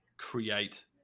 Create